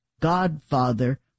Godfather